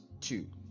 two